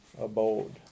abode